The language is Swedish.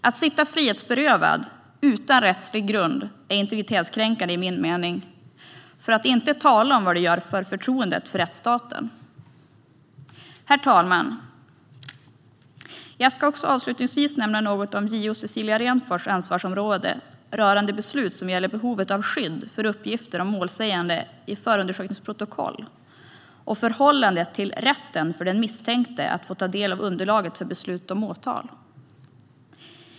Att sitta frihetsberövad utan rättslig grund är integritetskränkande enligt min mening - för att inte tala om vad det gör förtroendet för rättsstaten! Herr talman! Jag ska också avslutningsvis nämna något om JO Cecilia Renfors ansvarsområde rörande beslut som gäller behovet av skydd för uppgifter om målsägande i förundersökningsprotokoll och förhållandet till rätten för den misstänkte att få ta del av underlaget för beslut om åtal.